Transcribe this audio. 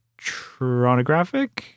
Tronographic